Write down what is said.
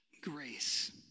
grace